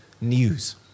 news